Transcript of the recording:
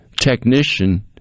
Technician